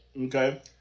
Okay